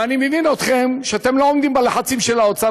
ואני מבין אתכם שאתם לא עומדים בלחצים של האוצר,